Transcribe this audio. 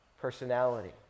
personality